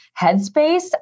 headspace